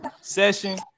session